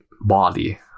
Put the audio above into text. body